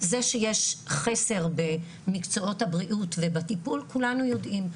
זה שיש חסר במקצועות הבריאות ובטיפול כולנו יודעים,